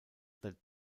that